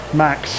max